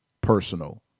personal